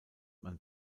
man